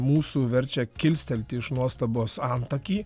mūsų verčia kilstelti iš nuostabos antakį